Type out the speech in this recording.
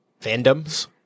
fandoms